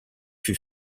fut